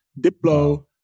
Diplo